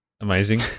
Amazing